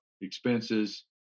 expenses